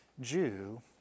Jew